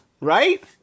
right